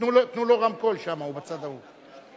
תנו לו רמקול שם, הוא בצד ההוא.